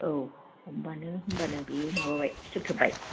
औ होनबानो होनबानो बियो माबाबाय फिथोब थोबबाय